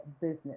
business